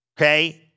okay